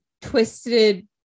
Twisted